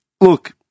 Look